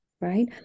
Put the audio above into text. right